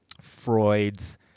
Freud's